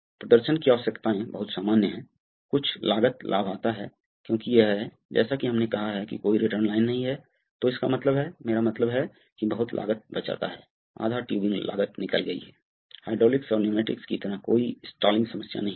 उस पहले सिस्टम में जो सर्किट बहुत सरल है अगर सर्किट बहुत सिमेट्रिक है तो आपको पंप A के लिए जो कुछ भी करना होगा आपको पंप B के लिए स्थानांतरित करना होगा